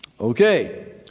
Okay